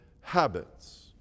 habits